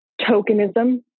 Tokenism